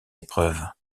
épreuves